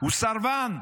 הוא סרבן.